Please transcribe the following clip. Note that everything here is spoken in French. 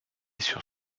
sur